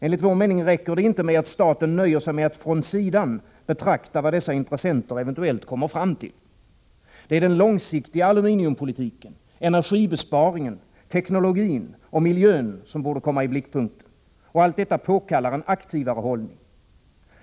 Enligt vår mening räcker det inte med att staten nöjer sig med att från sidan betrakta vad dessa intressenter eventuellt kommer fram till. Det är den 123 långsiktiga aluminiumpolitiken, energibesparingen, teknologin och miljön som borde komma i blickpunkten, och allt detta påkallar en aktivare hållning.